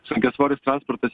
sunkiasvoris transportas